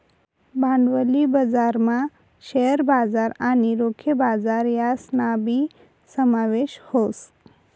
भांडवली बजारमा शेअर बजार आणि रोखे बजार यासनाबी समावेश व्हस